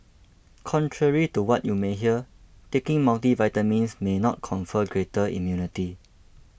contrary to what you may hear taking multivitamins may not confer greater immunity